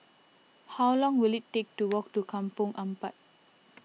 how long will it take to walk to Kampong Ampat